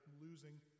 losing